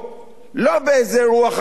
לא באיזה אירוע חד-פעמי,